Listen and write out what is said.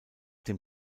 dem